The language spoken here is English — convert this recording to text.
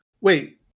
Wait